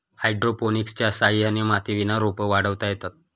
हायड्रोपोनिक्सच्या सहाय्याने मातीविना रोपं वाढवता येतात